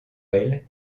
elle